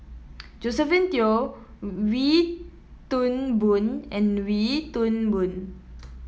Josephine Teo Wee Toon Boon and Wee Toon Boon